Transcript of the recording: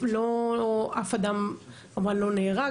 אף אדם כמובן לא נהרג,